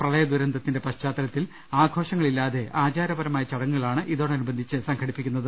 പ്രളയദുരന്തത്തിന്റെ പശ്ചാത്തലത്തിൽ ആഘോഷങ്ങ ളില്ലാതെ ആചാരപരമായ ചടങ്ങുകളാണ് ഇതോടനുബ ന്ധിച്ച് സംഘടിപ്പിക്കുന്നത്